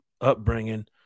upbringing